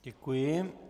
Děkuji.